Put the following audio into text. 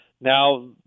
Now